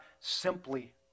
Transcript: simply